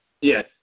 Yes